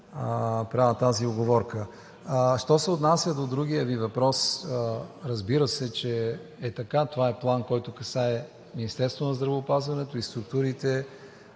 правя тази уговорка. Що се отнася до другия Ви въпрос, разбира се, че е така. Това е план, който касае Министерството на здравеопазването и структурите